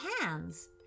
hands